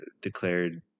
declared